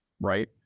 right